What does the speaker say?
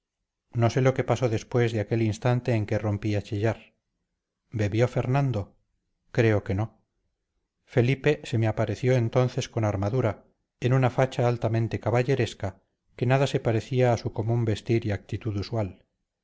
no sé lo que pasó después de aquel instante en que rompí a chillar bebió fernando creo que no felipe se me apareció entonces con armadura en una facha altamente caballeresca que nada se parecía a su común vestir y actitud usual